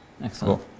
Excellent